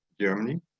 Germany